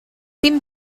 dim